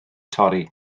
torri